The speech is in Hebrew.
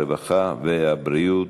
הרווחה והבריאות.